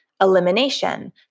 Elimination